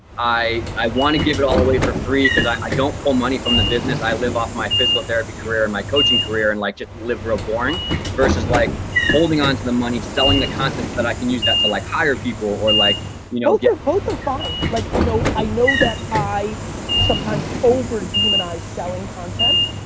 i i want to give it all away for free cause i don't pull money from the business, i live off my physical therapy career and my coaching career and like just live real boring versus like holding ah and and the money, selling the content that i can use that to like hire people or like you know yeah both are fine. you know i know that i sometimes over-demonize selling content